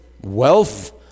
wealth